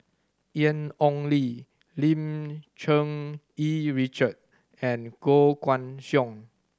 Ian Ong Li Lim Cherng Yih Richard and Koh Guan Song